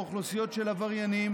באוכלוסיות של עבריינים